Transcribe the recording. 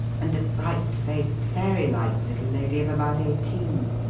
and a bright-faced, fairylike little lady of about eighteen,